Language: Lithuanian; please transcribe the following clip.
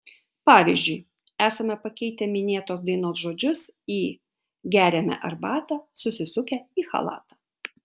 pavyzdžiui esame pakeitę minėtos dainos žodžius į geriame arbatą susisukę į chalatą